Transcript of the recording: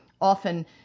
often